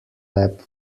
lap